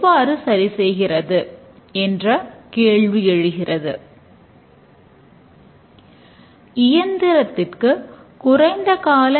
ஒவ்வொரு செயலும் ஒரு செயல்பாட்டையோ அல்லது செயலாக்கத்தையோ குறிப்பிடுகிறது